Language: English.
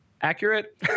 accurate